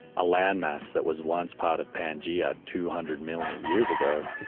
a land mass that was once part of pangaea two hundred million years ago,